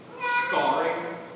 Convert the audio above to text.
scarring